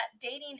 dating